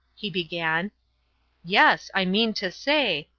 he began yes, i mean to say,